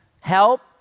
help